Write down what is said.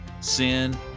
sin